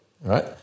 right